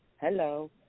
hello